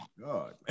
god